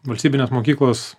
valstybinės mokyklos